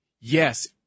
Yes